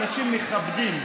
אנשים מכבדים.